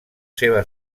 seva